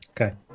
Okay